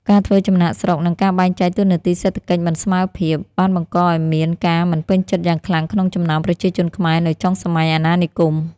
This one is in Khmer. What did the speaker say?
ការធ្វើចំណាកស្រុក និងការបែងចែកតួនាទីសេដ្ឋកិច្ចមិនស្មើភាព បានបង្កឱ្យមានការមិនពេញចិត្តយ៉ាងខ្លាំងក្នុងចំណោមប្រជាជនខ្មែរនៅចុងសម័យអាណានិគម។